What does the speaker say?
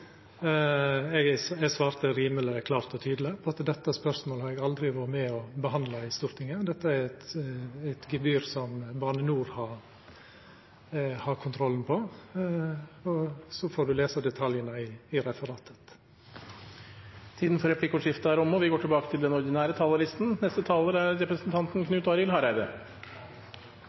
Eg svarte rimeleg klart og tydeleg at dette spørsmålet har eg aldri vore med og behandla i Stortinget, det er eit gebyr som Bane NOR har kontrollen på. Så får representanten lesa detaljane i referatet. Replikkordskiftet er omme. Me vedtar i dag revidert nasjonalbudsjett i ein situasjon der norsk økonomi i all hovudsak er